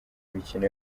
mikino